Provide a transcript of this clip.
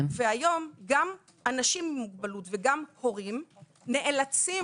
היום גם אנשים עם מוגבלות וגם הורים נאלצים